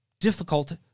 difficult